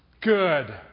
good